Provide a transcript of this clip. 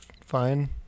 fine